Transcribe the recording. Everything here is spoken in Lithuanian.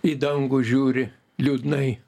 į dangų žiūri liūdnai